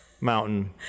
Mountain